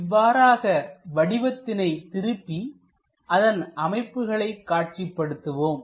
இவ்வாறாக வடிவத்தினை திருப்பி அதன் அமைப்புகளை காட்சிப்படுத்துவோம்